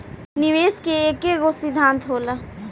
निवेश के एकेगो सिद्धान्त होला